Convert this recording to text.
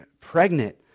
pregnant